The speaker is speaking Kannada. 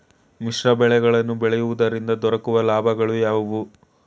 ಮಿಶ್ರ ಬೆಳೆಗಳನ್ನು ಬೆಳೆಯುವುದರಿಂದ ದೊರಕುವ ಲಾಭಗಳು ಯಾವುವು?